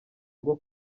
rwo